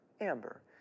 Amber